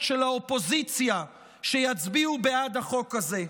של האופוזיציה שיצביעו בעד החוק הזה.